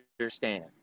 understand